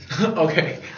Okay